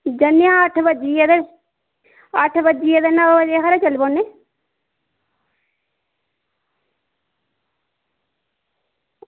जन्ने आं अट्ठ बज्जी गे ते अट्ट बज्जी गे ते नौ बजे हारे चली पौने आं